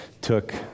took